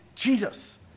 Jesus